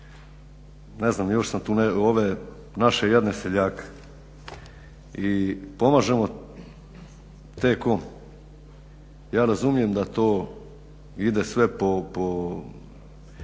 ne znam još sam tu ove naše jadne seljake i pomažemo T-COM. Ja razumijem da to ide sve na